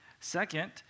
Second